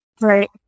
right